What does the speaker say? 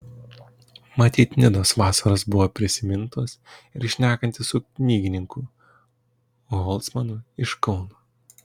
matyt nidos vasaros buvo prisimintos ir šnekantis su knygininku holcmanu iš kauno